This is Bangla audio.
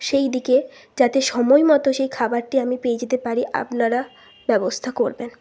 সেইদিকে যাতে সময় মতো সেই খাবারটি আমি পেয়ে যেতে পারি আপনারা ব্যবস্থা করবেন